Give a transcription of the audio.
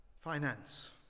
finance